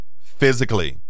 physically